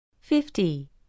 fifty